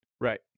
Right